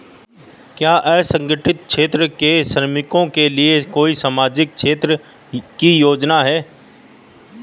क्या असंगठित क्षेत्र के श्रमिकों के लिए कोई सामाजिक क्षेत्र की योजना है?